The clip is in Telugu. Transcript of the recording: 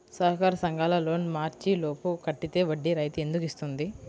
సహకార సంఘాల లోన్ మార్చి లోపు కట్టితే వడ్డీ రాయితీ ఎందుకు ఇస్తుంది?